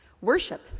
Worship